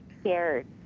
scared